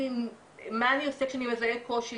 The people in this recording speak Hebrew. מה אני עושה כשאני מזהה קושי,